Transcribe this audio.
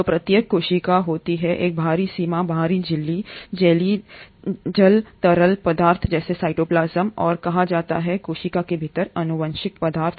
तो प्रत्येक कोशिका के होते हैं एक बाहरी सीमा बाहरी झिल्ली जेलीइल तरल पदार्थ जिसे साइटोप्लाज्म और कहा जाता है कोशिका के भीतर आनुवंशिक पदार्थ